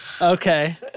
Okay